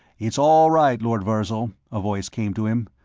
it's all right, lord virzal, a voice came to him.